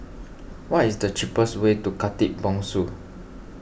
what is the cheapest way to Khatib Bongsu